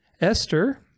Esther